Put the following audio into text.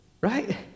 Right